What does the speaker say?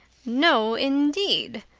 no, indeed!